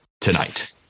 tonight